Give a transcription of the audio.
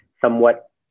somewhat